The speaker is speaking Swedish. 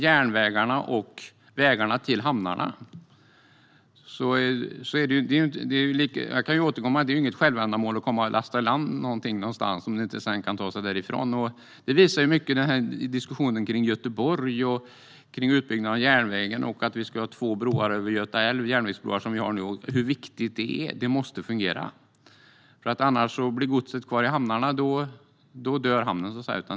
Järnvägarna och vägarna till hamnarna måste fungera. Det är inget självändamål att lasta i land något någonstans om man inte kan ta det därifrån sedan. Hur viktigt det är att detta fungerar visar diskussionen om Göteborg och utbyggnaden av järnvägen och att vi ska ha två järnvägsbroar över Göta älv. Om godset blir kvar i hamnarna dör dessa.